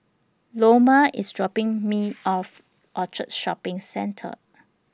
Loma IS dropping Me off At Orchard Shopping Centre